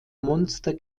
monster